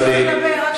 אכלת ארוחת ערב?